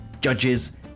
judges